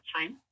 time